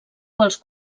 quals